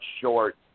short